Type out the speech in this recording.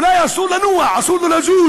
אולי אסור לו לנוע, אסור לו לזוז,